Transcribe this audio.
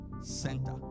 center